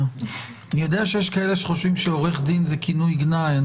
אני יודע שיש כאלה שחושבים שעורך דין זה כינוי גנאי.